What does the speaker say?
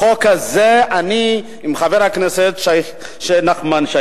בחוק הזה אני עם חבר הכנסת נחמן שי.